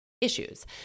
issues